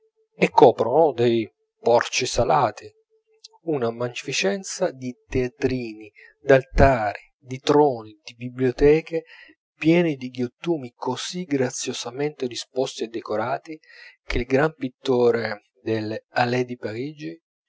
e coprono dei porci salati una magnificenza di teatrini d'altari di troni di biblioteche pieni di ghiottumi così graziosamente disposti e decorati che il gran pittore delle halles di parigi